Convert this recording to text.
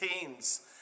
teens